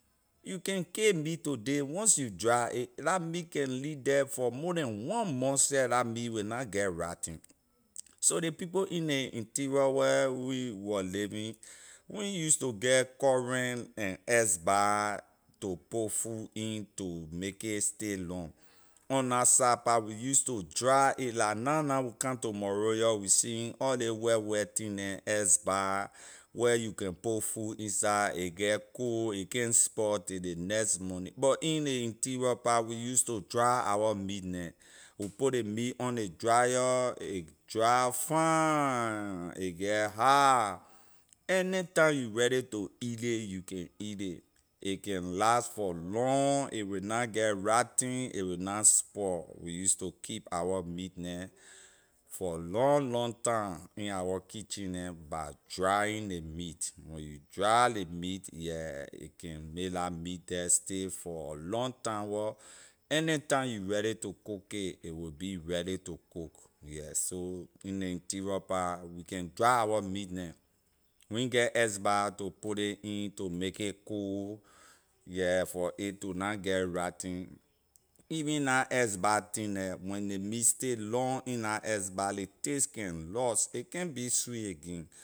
You can kay meat today once you dry it la meat can lee the for more than one month seh la meat will na get rotten so ley people in ley interior where we wor living we na use to get current and ice bah to put food in to make it stay long on la side pah we use to dry a la na na we come to monrovia we seeing all ley white white thing neh ice bah where you can put food inside a get cold a can’t spoil till ley next morning but in ley interior pah we use to dry our meat neh we put ley meat on ley dryer a dry fine a get hard anytime you ready to eat ley you can eat ley a can last for long a will na get rotten a will na spoil we use to keep our meat neh for long long time in our kitchen neh by drying nay meat when you dry ley meat yeah a can may la meat the stay for a long time wor anytime you ready to cook a a will will be ready to cook yes so in ley interior pah we can dry our meat neh we na get ice bah to put in to make it cold yeah for a to na get rotten even la ice bah thing the when ley meat still long on la ice bah ley taste can lose a can’t be sweet again.